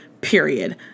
period